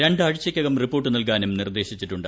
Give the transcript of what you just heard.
രണ്ടാഴ്ചയ്ക്കകം report നൽകാനും നിർദ്ദേശിച്ചിട്ടുണ്ട്